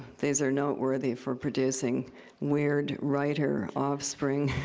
these are noteworthy for producing weird, writer offspring.